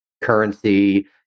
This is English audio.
currency